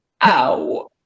Ow